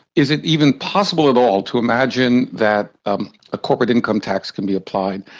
is it even possible at all to imagine that um a corporate income tax can be applied?